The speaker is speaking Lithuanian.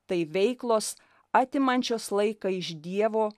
tai veiklos atimančios laiką iš dievo